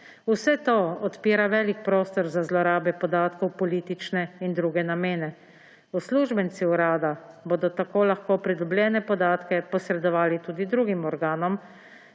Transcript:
Vse to odpira velik prostor za zlorabe podatkov v politične in druge namene. Uslužbenci urada bodo tako lahko pridobljene podatke posredovali tudi drugim organom,